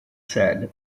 said